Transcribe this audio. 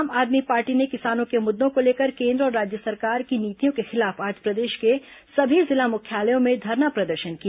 आम आदमी पार्टी ने किसानों के मुद्दों को लेकर केन्द्र और राज्य सरकार की नीतियों के खिलाफ आज प्रदेश के सभी जिला मुख्यालयों में धरना प्रदर्शन किया